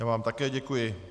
Já vám také děkuji.